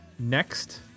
Next